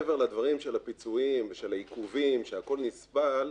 של הפיצויים ושל העיכובים, שהכול נסבל,